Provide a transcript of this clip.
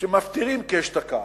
שמפטירים כאשתקד,